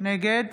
נגד